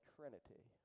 Trinity